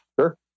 Sure